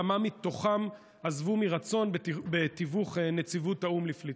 כמה מתוכם עזבו מרצון בתיווך נציבות האו"ם לפליטים?